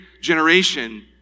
generation